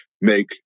make